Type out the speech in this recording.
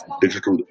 digital